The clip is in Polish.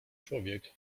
człowiek